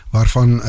Waarvan